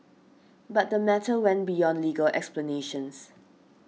but the matter went beyond legal explanations